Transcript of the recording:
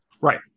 Right